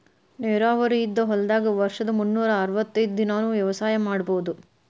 ನೇರಾವರಿ ಇದ್ದ ಹೊಲದಾಗ ವರ್ಷದ ಮುನ್ನೂರಾ ಅರ್ವತೈದ್ ದಿನಾನೂ ವ್ಯವಸಾಯ ಮಾಡ್ಬಹುದು